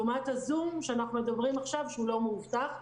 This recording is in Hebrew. לעומת הזום שדרכו אנחנו מדברים עכשיו שהוא לא מאובטח.